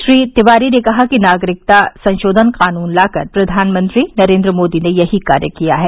श्री तिवारी ने कहा कि नागरिकता संशोधन कानन लाकर प्रधानमंत्री नरेंद्र मोदी ने यही कार्य किया है